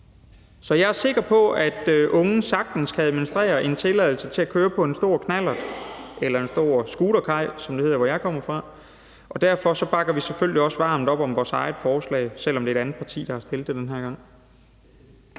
Så jeg er sikker på, at unge sagtens kan administrere en tilladelse til at køre på en stor knallert eller en stor scooterkaj, som det hedder, hvor jeg kommer fra. Derfor bakker vi selvfølgelig også varmt op om vores eget forslag, selv om det er et andet parti, der har fremsat det den her gang.